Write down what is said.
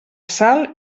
sal